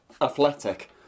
Athletic